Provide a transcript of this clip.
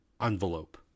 envelope